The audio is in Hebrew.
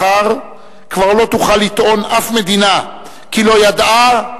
מחר כבר לא תוכל לטעון שום מדינה כי לא ידעה,